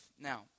Now